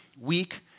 weak